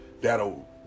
that'll